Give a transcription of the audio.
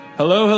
hello